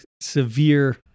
severe